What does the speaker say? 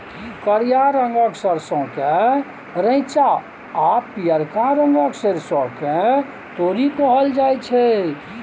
करिया रंगक सरसों केँ रैंचा आ पीयरका रंगक सरिसों केँ तोरी कहल जाइ छै